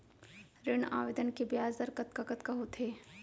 ऋण आवेदन के ब्याज दर कतका कतका होथे?